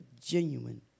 genuine